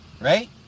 right